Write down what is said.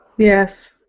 yes